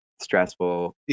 stressful